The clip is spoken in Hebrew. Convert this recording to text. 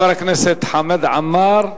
חבר הכנסת חמד עמאר,